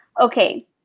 Okay